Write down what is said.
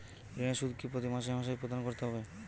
ঋণের সুদ কি প্রতি মাসে মাসে প্রদান করতে হবে?